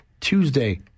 Tuesday